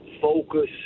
focus